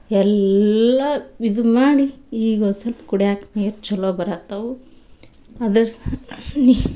ಎಲ್ಲ ಇದು ಮಾಡಿ ಈಗ ಸಲ್ಪ ಕುಡಿಯಾಕೆ ನೀರು ಚಲೋ ಬರಹತ್ತವು ಅದ್ರ ನಿ